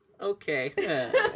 okay